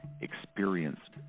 experienced